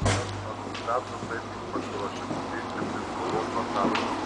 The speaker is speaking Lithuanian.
bet anot petro tai tik pasiruošimo bėgti aplink europą etapas